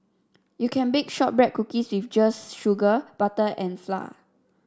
you can bake shortbread cookies just with sugar butter and flour